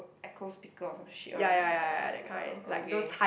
echo speaker or some shit one uh okay